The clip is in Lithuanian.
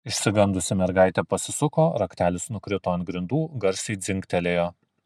išsigandusi mergaitė pasisuko raktelis nukrito ant grindų garsiai dzingtelėjo